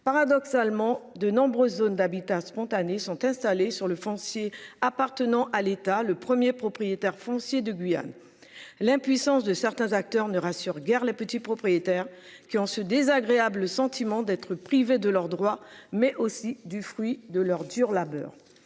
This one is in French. Paradoxalement, de nombreuses zones d'habitat spontané sont installés sur le foncier appartenant à l'État le 1er propriétaire foncier de Guyane. L'impuissance de certains acteurs ne rassure guère les petits propriétaires qui ont ce désagréable sentiment d'être privés de leurs droits, mais aussi du fruit de leur dur labeur.